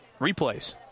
Replays